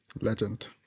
Legend